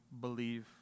believe